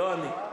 לא אני.